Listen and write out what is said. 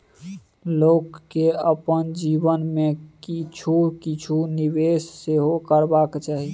लोककेँ अपन जीवन मे किछु किछु निवेश सेहो करबाक चाही